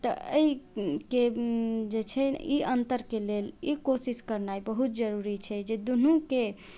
तऽ अइके जे छै ई अन्तरके लेल ई कोशिश करनाइ बहुत जरुरी छै जे दुनूके